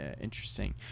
interesting